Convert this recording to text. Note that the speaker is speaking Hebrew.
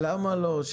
למה לא?